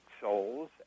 souls